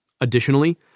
Additionally